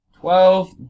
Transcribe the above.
Twelve